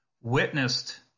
witnessed